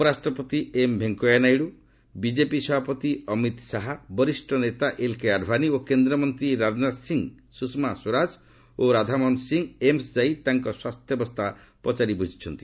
ଉପରାଷ୍ଟ୍ରପତି M Venkaiah Naidu BJP ସଭାପତି ଅମିତ୍ ଶାହା ବରିଷ୍ଠ ନେତା ଏଲ୍କେ ଆଡ୍ୱାନୀ ଓ କେନ୍ଦ୍ରମନ୍ତ୍ରୀ ରାଜନାଥ ସିଂ ସୁଷମା ସ୍ୱରାଜ ଓ ରାଧାମୋହନ ସିଂ ଏମ୍ସ୍ ଯାଇ ତାଙ୍କ ସ୍ୱାସ୍ଥ୍ୟାବସ୍ଥା ପଚାରି ବୁଝିଛନ୍ତି